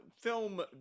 film